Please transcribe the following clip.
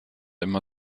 immer